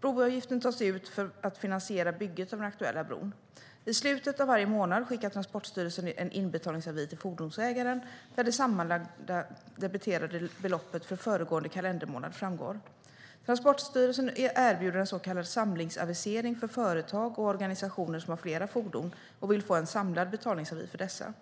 Broavgiften tas ut för att finansiera bygget av den aktuella bron. I slutet av varje månad skickar Transportstyrelsen en inbetalningsavi till fordonsägaren, där det sammanlagda debiterade beloppet för föregående kalendermånad framgår. Transportstyrelsen erbjuder en så kallad samlingsavisering för företag och organisationer som har flera fordon och vill få en samlad betalningsavi för dessa.